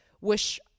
wish